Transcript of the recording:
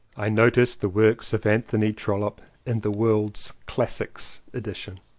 i noticed the works of anthony trollope in the world's classics edition.